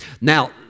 Now